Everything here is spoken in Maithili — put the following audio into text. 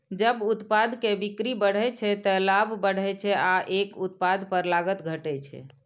जब उत्पाद के बिक्री बढ़ै छै, ते लाभ बढ़ै छै आ एक उत्पाद पर लागत घटै छै